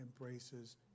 embraces